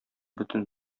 бөтен